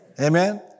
Amen